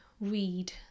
read